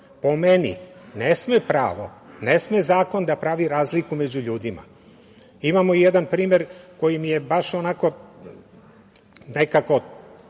Po meni ne sme pravo, ne sme zakon da pravi razliku među ljudima. Imamo jedan primer koji mi je baš onako bio